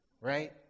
Right